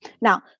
Now